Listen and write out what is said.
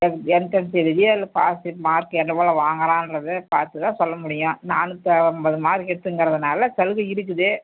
entrance எழுதி அதில் pass mark என்ன போல வாங்கறாங்கிறதையும் பார்த்து தான் சொல்ல முடியும் நானூற்றி ஐம்பது மார்க்கு எடுத்துக்குறதுனால சலுகை இருக்குது